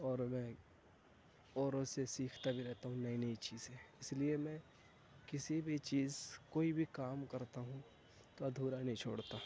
اور میں اوروں سے سیکھتا بھی رہتا ہوں نئی نئی چیزیں اس لیے میں کسی بھی چیز کوئی بھی کام کرتا ہوں تو ادھورا نہیں چھوڑتا